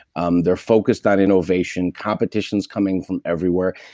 um they're focused on innovation competitions coming from everywhere.